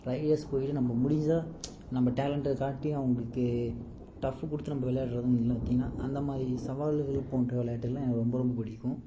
Riders போய்ட்டு நம்ம முடிஞ்சால் நம்ம டேலண்ட்டை காட்டி அவங்களுக்கு டஃபு கொடுத்து நம்ம விளையாடுறது வந்து பார்த்திங்கனா அந்தமாதிரி சவால்கள் போன்ற விளையாட்டுகள் தான் எனக்கு ரொம்ப ரொம்ப பிடிக்கும்